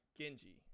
genji